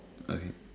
okay